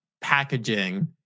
packaging